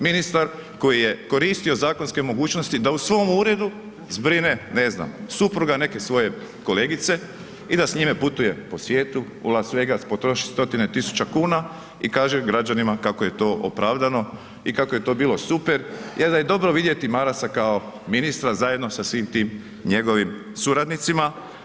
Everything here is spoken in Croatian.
Ministar koji je koristio zakonske mogućnosti da u svom uredu zbrine ne znam supruga neke svoje kolegice i da s njime putuje po svijetu, u Las Vegas, potroši stotine tisuća kuna i kaže građanima kako je to opravdano i kako je to bilo super jer da je dobro vidjeti Marasa kao ministra zajedno sa svim tim njegovim suradnicima.